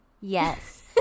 yes